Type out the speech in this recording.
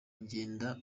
ngenda